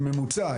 זה ממוצע,